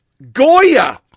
Goya